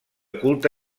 culte